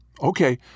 Okay